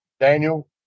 Daniel